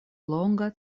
longa